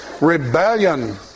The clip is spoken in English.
rebellion